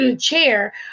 chair